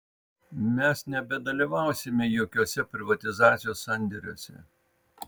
mes nebedalyvausime jokiuose privatizacijos sandėriuose